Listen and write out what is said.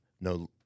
no